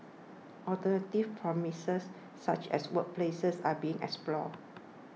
alternative premises such as workplaces are being explored